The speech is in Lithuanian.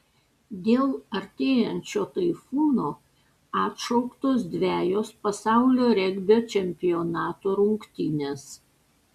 dėl artėjančio taifūno atšauktos dvejos pasaulio regbio čempionato rungtynės